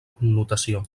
connotació